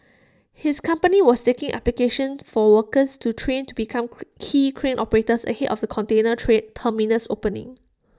his company was taking applications for workers to train to become quay crane operators ahead of the container train terminal's opening